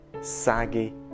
saggy